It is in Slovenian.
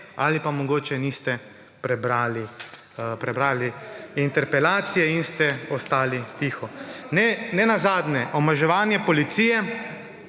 ali pa mogoče niste prebrali interpelacije in ste ostali tiho. Nenazadnje, omalovaževanje policije.